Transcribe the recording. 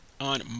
on